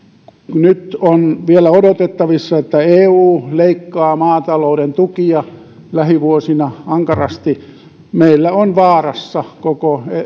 nyt on vielä odotettavissa että eu leikkaa maatalouden tukia lähivuosina ankarasti meillä ovat vaarassa koko